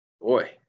Boy